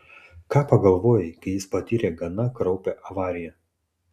ką pagalvojai kai jis patyrė gana kraupią avariją